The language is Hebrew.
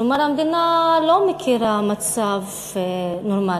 כלומר, המדינה לא מכירה מצב נורמלי.